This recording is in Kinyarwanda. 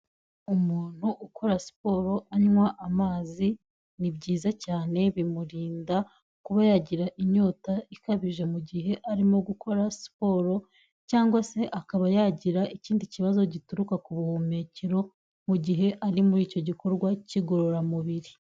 Umuntu ukora siporo anywa amazi ni byiza cyane bimurinda kuba yagira inyota ikabije mu gihe arimo gukora siporo cyangwa se akaba yagira ikindi kibazo gituruka ku buhumekero mu gihe ari muri icyo gikorwa cy'igororamubiri.